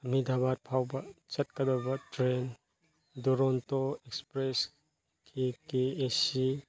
ꯑꯃꯦꯗꯕꯥꯠ ꯐꯥꯎꯕ ꯆꯠꯀꯗꯧꯕ ꯇ꯭ꯔꯦꯟ ꯗꯨꯔꯣꯟꯇꯣ ꯑꯦꯛꯁꯄ꯭ꯔꯦꯁꯀꯤ ꯑꯦ ꯁꯤ